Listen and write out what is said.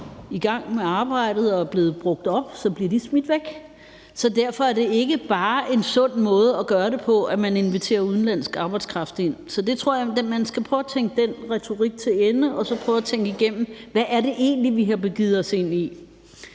i gang med arbejdet og er blevet brugt op, bliver de smidt væk. Så derfor er det ikke bare en sund måde at gøre det på, at man inviterer udenlandsk arbejdskraft ind. Så der tror jeg, at man skal prøve at tænke den retorik til ende, og så prøve at tænke det igennem: Hvad er det egentlig, vi har begivet os ud i?